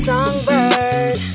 Songbird